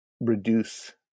reduce